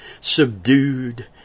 subdued